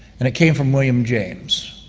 and it came from william james,